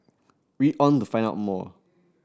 read on to find out more